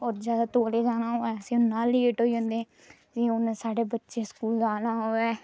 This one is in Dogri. और ज्यादा तौले जाना होऐ असें उन्ना लेट होई जन्ने जे हून साढ़े बच्चें स्कूल जाना होऐ